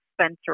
Spencer